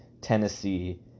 Tennessee